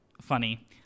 funny